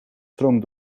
stroomt